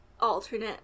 alternate